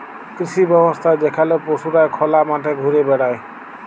কৃষি ব্যবস্থা যেখালে পশুরা খলা মাঠে ঘুরে বেড়ায়